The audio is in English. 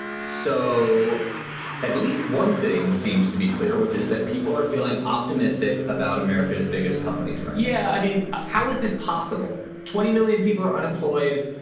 so at least one thing seems to be clear, which is that people are feeling optimistic about america's biggest companies, right? yeah. i mean, how is this possible? twenty million people are unemployed.